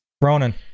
Ronan